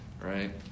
right